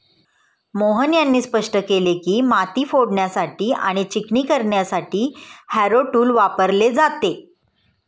मोहन यांनी स्पष्ट केले की, माती फोडण्यासाठी आणि चिकणी करण्यासाठी हॅरो टूल वापरले जाते